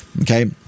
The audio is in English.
Okay